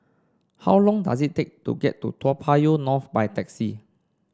how long does it take to get to Toa Payoh North by taxi